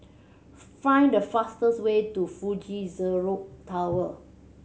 find the fastest way to Fuji Xerox Tower